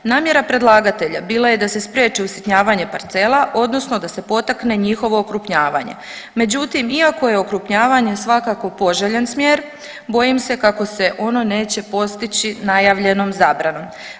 Namjera predlagatelja bila je da se spriječi usitnjavanje parcela odnosno da se potakne njihovo okrupnjavanje, međutim iako je okrupnjavanje svakako poželjan smjer bojim se kako se ono neće postići najavljenom zabranom.